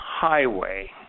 highway